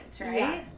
right